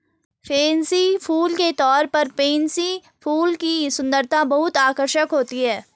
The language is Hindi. फैंसी फूल के तौर पर पेनसी फूल की सुंदरता बहुत आकर्षक होती है